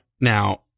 Now